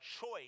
choice